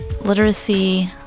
literacy